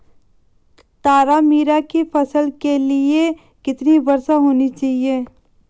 तारामीरा की फसल के लिए कितनी वर्षा होनी चाहिए?